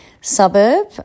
suburb